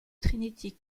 trinity